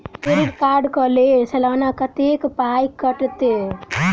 Credit card कऽ लेल सलाना कत्तेक पाई कटतै?